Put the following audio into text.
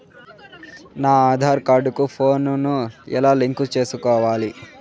నా ఆధార్ కార్డు కు ఫోను ను ఎలా లింకు సేసుకోవాలి?